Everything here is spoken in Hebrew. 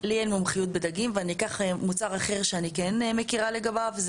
לי אין מומחיות בדגים ואני אקח מוצר אחר שאני כן מכירה לגביו,